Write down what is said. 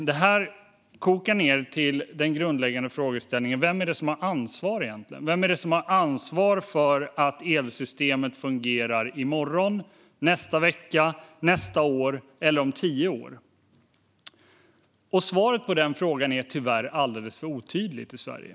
Det här kokar ned till den grundläggande frågeställningen: Vem är det som har ansvaret egentligen? Vem är det som har ansvar för att elsystemet fungerar i morgon, nästa vecka, nästa år och om tio år? Svaret på den frågan är tyvärr alldeles för otydligt i Sverige.